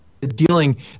dealing